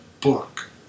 book